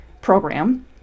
program